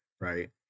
Right